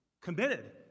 Committed